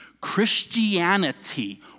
Christianity